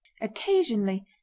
occasionally